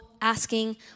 asking